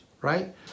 right